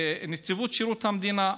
נציבות שירות המדינה,